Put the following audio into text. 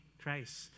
Christ